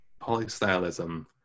polystylism